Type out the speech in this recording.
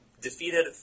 defeated